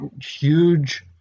huge